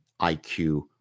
IQ